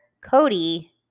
Cody